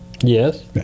Yes